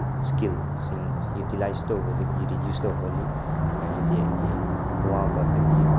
ꯁ꯭ꯀꯤꯜꯁꯤꯡ ꯌꯨꯇꯤꯂꯥꯏꯁ ꯇꯧꯕꯗꯒꯤ ꯔꯤꯗ꯭ꯌꯨꯁ ꯇꯧꯍꯜꯂꯤ ꯍꯥꯏꯕꯗꯤ ꯑꯩꯒꯤ ꯑꯋꯥꯕꯗꯒꯤ